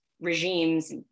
regimes